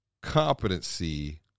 competency